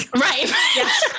Right